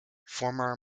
former